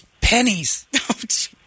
pennies